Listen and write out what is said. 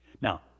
Now